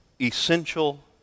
essential